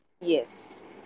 Yes